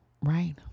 right